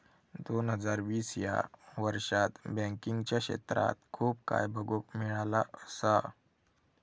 दोन हजार वीस ह्या वर्षात बँकिंगच्या क्षेत्रात खूप काय बघुक मिळाला असा